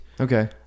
Okay